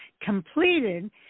completed